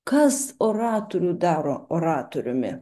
kas oratorių daro oratoriumi